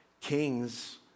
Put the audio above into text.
kings